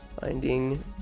Finding